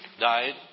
died